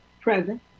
Present